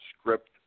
script